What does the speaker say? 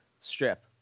strip